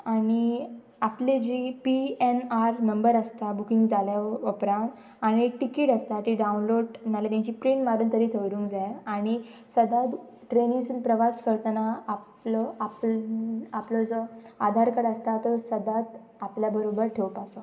आनी आपली जी पी एन आर नंबर आसता बुकींग जाल्या उपरांत आनी टिकीट आसता ती डावनलोड नाल्यार तेंची प्रिंट मारून तरी वरूंक जाय आनी सदांच ट्रेनीसून प्रवास करतना आपलो आप आपलो जो आधार कार्ड आसता तो सदांच आपल्या बरोबर ठेवपाचो